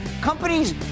companies